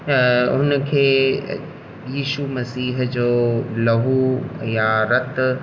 हुन खे ईशू मसीह जो लहू या रतु